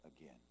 again